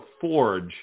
forge